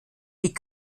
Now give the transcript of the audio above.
die